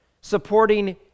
supporting